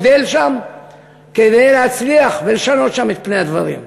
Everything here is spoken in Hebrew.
מודל כדי להצליח ולשנות את פני הדברים.